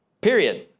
Period